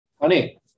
Honey